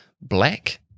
black